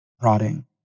prodding